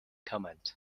command